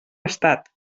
estat